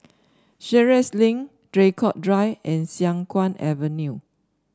Sheares Link Draycott Drive and Siang Kuang Avenue